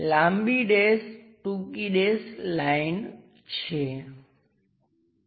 તેથી તે આ ભાગો હશે અને ત્યાં એક ટેપર્ડ નાનો લંબચોરસ છે જે આપણે ત્યાં જોઈશું